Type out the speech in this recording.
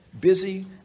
busy